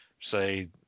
say